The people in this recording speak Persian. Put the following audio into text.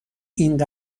این